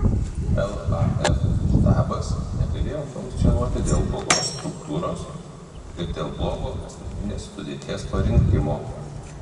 laf štabas negalėjo funkcionuoti dėl blogos struktūros ir dėl blogo asmeninės sudėties parinkimo